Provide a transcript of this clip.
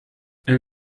and